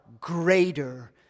greater